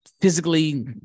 physically